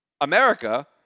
America